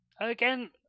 Again